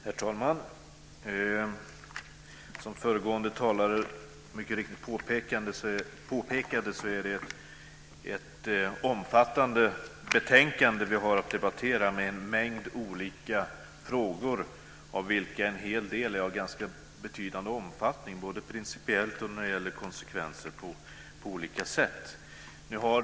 Herr talman! Som föregående talare mycket riktigt påpekade är det ett omfattande betänkande som vi har att debattera. Det är en mängd olika frågor, av vilka en hel del är av ganska betydande omfattning både principiellt och när det gäller konsekvenser på olika sätt.